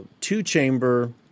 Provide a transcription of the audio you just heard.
Two-chamber